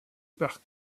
par